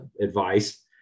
advice